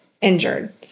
injured